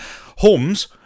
Holmes